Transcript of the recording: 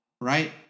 right